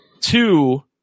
two